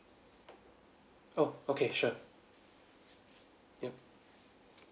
oh okay sure yup